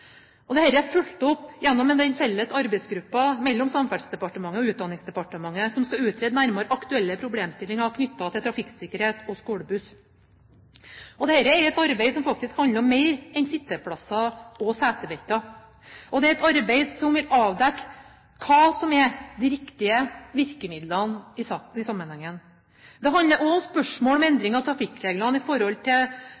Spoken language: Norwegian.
Og dette er fulgt opp gjennom den felles arbeidsgruppen mellom Samferdselsdepartementet og Utdanningsdepartementet som skal utrede nærmere aktuelle problemstillinger knyttet til trafikksikkerhet og skolebuss. Dette er et arbeid som faktisk handler om mer enn sitteplasser og setebelter – det er et arbeid som vil avdekke hva som er de riktige virkemidlene i sammenhengen. Det handler også om spørsmål om